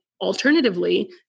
alternatively